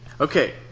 Okay